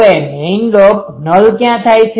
હવે main lobe નલnullશૂન્યતા ક્યાં થાય છે